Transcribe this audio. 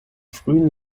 frühen